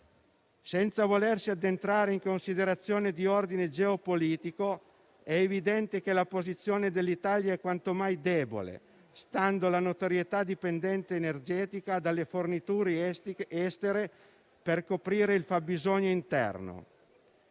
Senza volersi addentrare in considerazioni di ordine geopolitico, è evidente che la posizione dell'Italia è quanto mai debole, stando la notoria dipendenza energetica dalle forniture estere per coprire il fabbisogno interno.